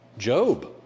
Job